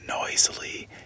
noisily